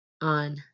on